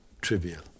trivial